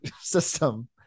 system